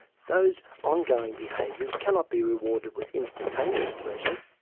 those ongoing behaviours cannot be rewarded with instantaneous pleasure,